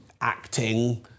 acting